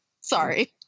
Sorry